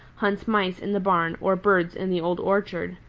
hunts mice in the barn or birds in the old orchard.